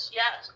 yes